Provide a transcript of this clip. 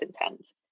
intense